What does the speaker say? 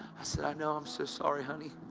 i said, i know, i'm so sorry, honey.